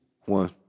One